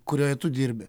kurioje tu dirbi